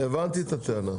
הבנתי, הבנתי את הטענה.